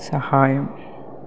സഹായം